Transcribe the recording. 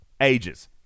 ages